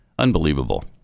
Unbelievable